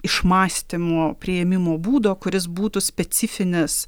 išmąstymo priėmimo būdo kuris būtų specifinis